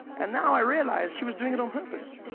and now i realize she was doing it on purpose